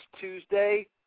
Tuesday